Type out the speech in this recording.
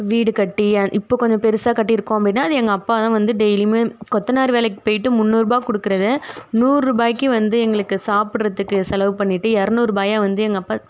வீடு கட்டி இப்போது கொஞ்சம் பெருசாக கட்டியிருக்கோம் அப்படீன்னா அது எங்கள் அப்பா வந்து டெய்லியுமே கொத்தனார் வேலைக்கு போய்விட்டு முன்னூறுரூபா கொடுக்குறத நூறுரூபாய்க்கு வந்து எங்களுக்கு சாப்பிடுறதுக்கு செலவு பண்ணிவிட்டு இரநூருபாய வந்து எங்கள் அப்பா